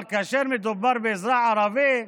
אבל כאשר מדובר באזרח ערבי,